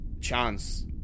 chance